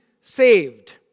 saved